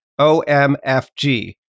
OMFG